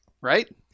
right